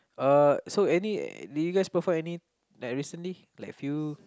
uh so any did you guys perform any like recently like a few